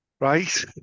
Right